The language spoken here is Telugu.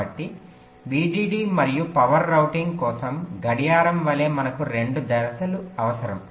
కాబట్టి VDD మరియు పవర్ రౌటింగ్ కోసం గడియారం వలె మనకు రెండు దశలు అవసరం